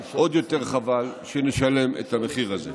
עוד יותר חבל שנשלם את המחיר הזה.